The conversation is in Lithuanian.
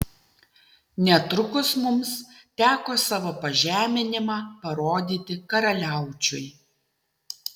netrukus mums teko savo pažeminimą parodyti karaliaučiui